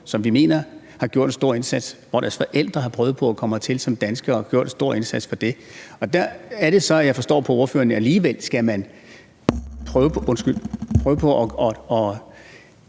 som vi mener har gjort en stor indsats. Deres forældre har prøvet på at komme hertil og blive danskere og gjort en stor indsats for det. Der er det så, jeg forstår på ordføreren, at man alligevel skal prøve på at